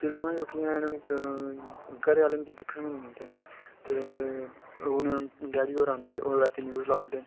फिल्मां जोह्कियां हैन घरैआह्ले मिगी दिक्खन गै नेईं दिंदे ते हून डैडी होर औंदे ओह् रातीं न्यूज लाई ओड़दे